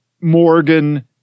Morgan